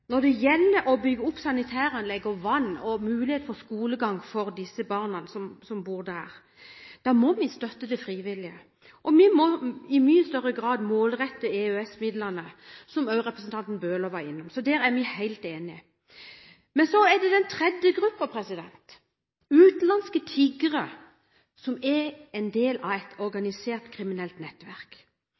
når det gjelder boevne, når det gjelder å bygge opp sanitæranlegg, og når det gjelder mulighet for skolegang for de barna som bor der. Da må vi støtte de frivillige. Vi må i mye større grad målrette EØS-midlene, som også representanten Bøhler var innom. Der er vi helt enige. Så er det den tredje gruppen: utenlandske tiggere som er del av et organisert kriminelt nettverk.